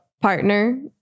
partner